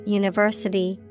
university